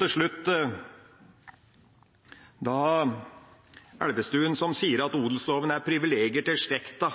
Til slutt til Elvestuen, som sier at odelsloven er privilegier til slekta.